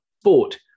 Sport